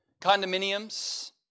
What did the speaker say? condominiums